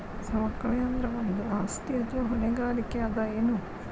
ಸವಕಳಿ ಅಂದ್ರ ಒಂದು ಆಸ್ತಿ ಅಥವಾ ಹೊಣೆಗಾರಿಕೆ ಅದ ಎನು?